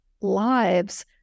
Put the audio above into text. lives